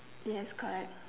yes correct